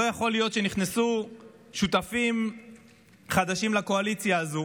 לא יכול להיות שנכנסו שותפים חדשים לקואליציה הזו